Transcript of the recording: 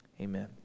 amen